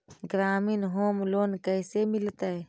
ग्रामीण home loan कैसे मिलतै?